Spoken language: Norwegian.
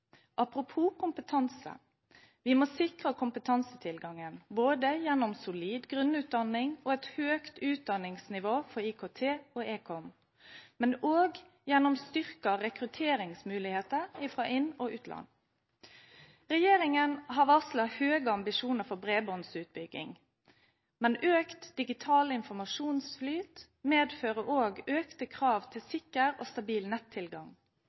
Apropos kompetanse: Vi må sikre kompetansetilgangen gjennom solid grunnutdanning og et høyt utdanningsnivå for IKT og ekom, men også gjennom styrkede rekrutteringsmuligheter fra inn- og utland. Regjeringen har varslet høye ambisjoner for bredbåndsutbygging. Men økt digital informasjonsflyt medfører også økte krav til sikker og stabil nettilgang.